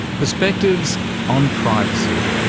perspectives on privacy,